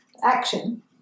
action